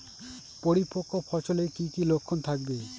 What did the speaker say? পরিপক্ক ফসলের কি কি লক্ষণ থাকবে?